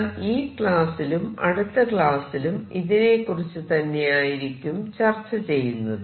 ഞാൻ ഈ ക്ലാസ്സിലും അടുത്ത ക്ലാസ്സിലും ഇതിനെകുറിച്ച് തന്നെയായിരിക്കും ചർച്ച ചെയ്യുന്നത്